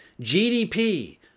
GDP